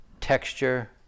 texture